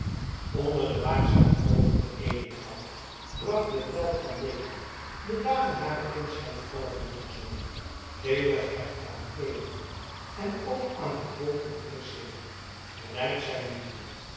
onder de waakzame oogen der edele vrouw bracht de telg van dekama de dagen harer kindsheid allergelukkigst door teeder gehecht aan haar pleegmoeder en ook aan haar grooten broeder seerp gelijk zij hem noemde